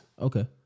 Okay